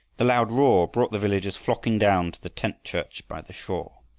the loud roar brought the villagers flocking down to the tent-church by the shore.